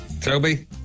Toby